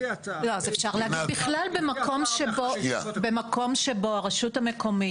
אפשר להגיד בכלל במקום שבו הרשות המקומית